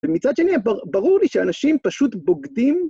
ומצד שני, ברור לי שאנשים פשוט בוגדים.